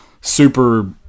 super